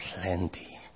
Plenty